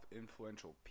influential